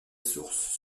source